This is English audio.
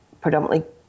predominantly